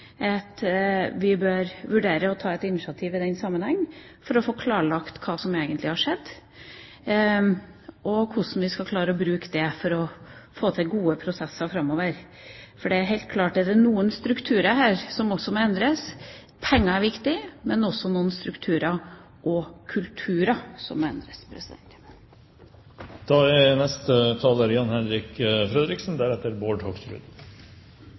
at vi bør vurdere å ta et initiativ i den sammenheng for å få klarlagt hva som egentlig har skjedd, og hvordan vi skal klare å bruke det for å få til gode prosesser framover. For det er helt klart at det er noen strukturer her som også må endres – penger er viktig, men det er også noen strukturer og noen kulturer som må endres.